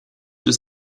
was